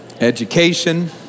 education